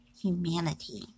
humanity